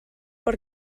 per